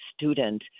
student